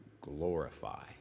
glorify